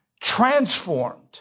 transformed